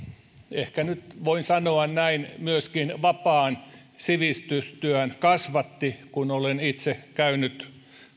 ehkä nyt voin sanoa näin myöskin vapaan sivistystyön kasvatti kun olen itse käynyt